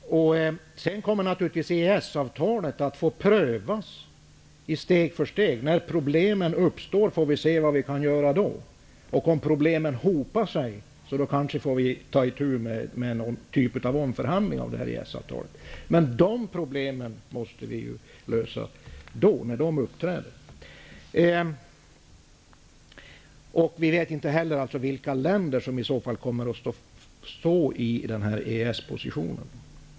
EES-avtalet kommer självfallet sedan att få prövas steg för steg. När problemen uppstår får vi se vad vi kan göra åt dem. Om problemen hopar sig får vi ta itu med någon typ av omförhandlingar av EES avtalet. Men problemen får lösas först när de uppträder. Vi vet inte heller vilka länder som i så fall kommer att stå i EES-positionen.